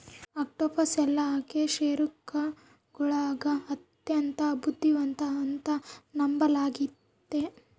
octopus ಎಲ್ಲಾ ಅಕಶೇರುಕಗುಳಗ ಅತ್ಯಂತ ಬುದ್ಧಿವಂತ ಅಂತ ನಂಬಲಾಗಿತೆ